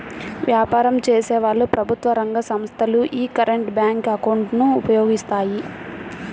వ్యాపారం చేసేవాళ్ళు, ప్రభుత్వ రంగ సంస్ధలు యీ కరెంట్ బ్యేంకు అకౌంట్ ను ఉపయోగిస్తాయి